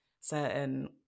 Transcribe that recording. certain